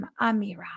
Amira